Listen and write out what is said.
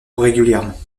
régulièrement